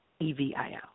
E-V-I-L